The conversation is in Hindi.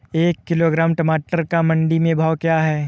एक किलोग्राम टमाटर का मंडी में भाव क्या है?